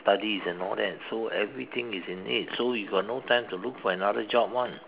studies and all that so everything is in need so you got no time to look for another job [one]